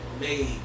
made